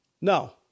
No